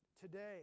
today